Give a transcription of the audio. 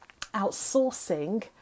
outsourcing